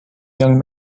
young